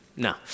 No